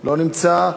לא נמצא.